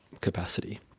capacity